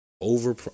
over